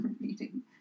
reading